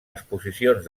exposicions